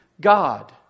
God